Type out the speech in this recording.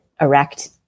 erect